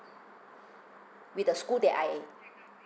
with the school that I